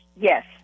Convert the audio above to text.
Yes